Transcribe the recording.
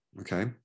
Okay